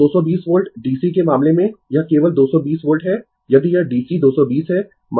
मेरा अर्थ है इस DC वोल्टेज में शॉक केवल 220 वोल्ट होगा AC आपूर्ति 220 वोल्ट के लिए RMS मतलब r शॉक स्तर 310 वोल्ट होगा